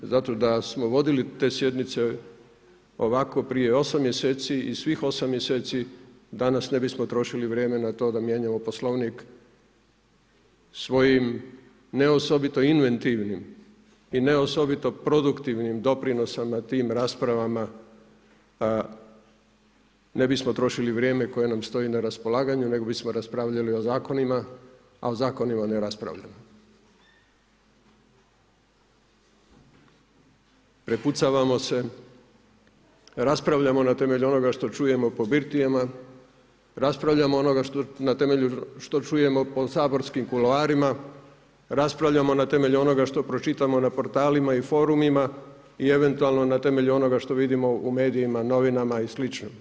Zato da smo vodili te sjednice ovako prije osam mjeseci i svih osam mjeseci danas ne bismo trošili vrijeme na to da mijenjamo Poslovnik svojim ne osobito inventivnim i ne osobito produktivnim doprinosom na tim raspravama ne bismo trošili vrijeme koje nam stoji na raspolaganju, nego bismo raspravljali o zakonima a o zakonima ne raspravljamo Prepucavamo se, raspravljamo na temelju onoga što čujemo po birtijama, raspravljamo o onome na temelju što čujemo po saborskim kuloarima, raspravljamo na temelju onoga što pročitamo na portalima i forumima i eventualno na temelju onoga što vidimo u medijima, novinama i slično.